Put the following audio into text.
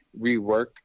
rework